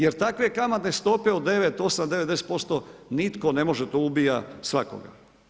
Jer takve kamatne stope, od 8,9,10% nitko ne može, to ubija svakoga.